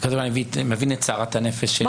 אני מבין את סערת הנפש של טלי,